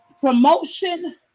promotion